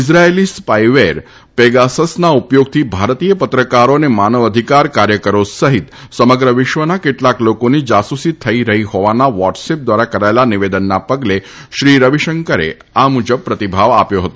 ઈઝરાથેલી spyware પેગાસસના ઉપયોગથી ભારતીય પત્રકારો અને માનવ અધિકાર કાર્યકરો સહિત સમગ્ર વિશ્વના કેટલાક લોકોની જાસુસી થઈ રહી હોવાના વોટ્સએપ દ્વારા કરાયેલા નિવેદનના પગલે શ્રી રવિશંકરે આ મુજબ પ્રતિભાવ આપ્યો છે